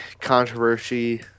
controversy